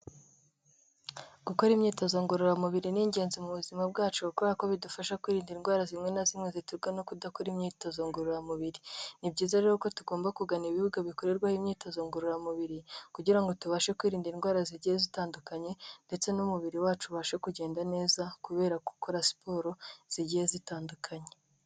Gukora imyitozo ngororamubiri ni ingenzi mu buzima bwacu kubera ko bidufasha kwirinda indwara zimwe na zimwe ziterwa no kudakora imyitozo ngororamubiri, ni byiza rero ko tugomba kugana ibibuga bikorerwaho imyitozo ngororamubiri kugira ngo tubashe kwirinda indwara zigiye zitandukanye ndetse n'umubiri wacu ubashe kugenda neza kubera gukora siporo zigiye zitandukanye.